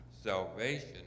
salvation